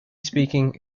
speaking